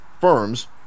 firms